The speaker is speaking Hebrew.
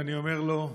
ואני אומר לו: